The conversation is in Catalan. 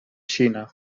xina